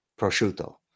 prosciutto